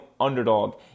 underdog